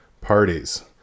parties